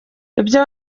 ibyo